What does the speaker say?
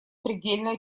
предельно